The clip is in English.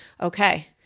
Okay